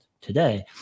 today